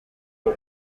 les